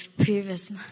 previous